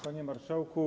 Panie Marszałku!